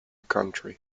country